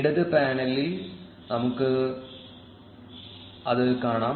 ഇടത് പാനലിൽ നമുക്ക് അത് കാണാം